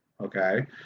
Okay